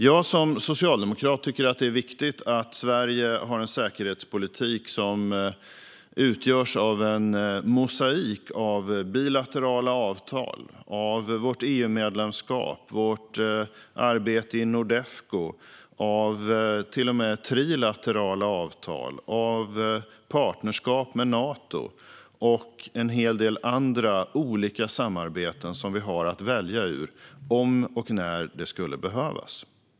Jag som socialdemokrat tycker att det är viktigt att Sverige har en säkerhetspolitik som utgörs av en mosaik av bilaterala avtal, vårt EU-medlemskap, vårt arbete i Nordefco, till och med trilaterala avtal, partnerskap med Nato och en hel del andra olika samarbeten som vi har att välja ur - om och när det skulle behövas.